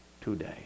today